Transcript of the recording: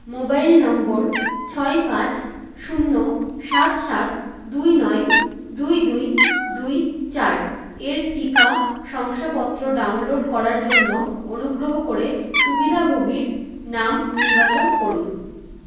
mobile নম্বর ছয় পাঁচ শূন্য সাত সাত দুই নয় দুই দুই দুই চার এর টিকা শংসাপত্র ডাউনলোড করার জন্য অনুগ্রহ করে সুবিধাভোগীর নাম নির্বাচন করুন